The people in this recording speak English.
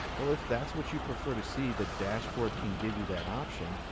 well, if that's what you prefer to see, the dashboard can give you that option.